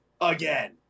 again